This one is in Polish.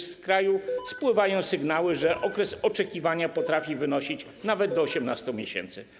Z kraju spływają sygnały, że okres oczekiwania potrafi wynosić nawet do 18 miesięcy.